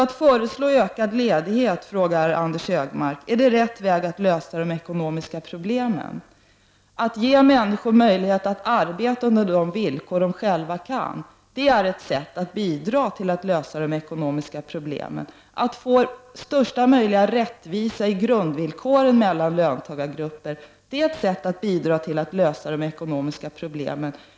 Anders G Högmark frågar om ökad ledighet är det rätta sättet att lösa de ekonomiska problemen. Att ge människor möjlighet att arbeta under de villkor de själva väljer är ett sätt att bidra till att lösa de ekonomiska problemen. Att åstadkomma största möjliga rättvisa i grundvillkoren mellan löntagargrupper är också ett sätt att bidra till att lösa de ekonomiska problemen.